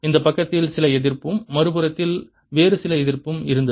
இந்த பக்கத்தில் சில எதிர்ப்பும் மறுபுறத்தில் வேறு சில எதிர்ப்பும் இருந்தது